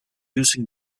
use